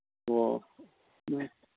ꯑꯣ